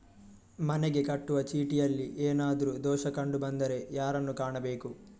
ಮನೆಗೆ ಕಟ್ಟುವ ಚೀಟಿಯಲ್ಲಿ ಏನಾದ್ರು ದೋಷ ಕಂಡು ಬಂದರೆ ಯಾರನ್ನು ಕಾಣಬೇಕು?